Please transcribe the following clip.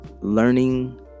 Learning